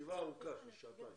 ישיבה ארוכה, של שעתיים.